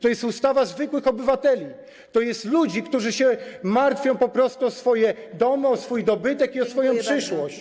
To jest ustawa zwykłych obywateli, tj. ludzi, którzy po prostu martwią się o swoje domy, o swój dobytek i o swoją przyszłość.